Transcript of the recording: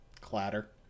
Clatter